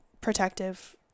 protective